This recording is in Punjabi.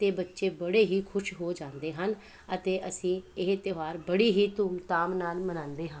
ਅਤੇ ਬੱਚੇ ਬੜੇ ਹੀ ਖੁਸ਼ ਹੋ ਜਾਂਦੇ ਹਨ ਅਤੇ ਅਸੀਂ ਇਹ ਤਿਉਹਾਰ ਬੜੀ ਹੀ ਧੂਮਧਾਮ ਨਾਲ ਮਨਾਉਂਦੇ ਹਾਂ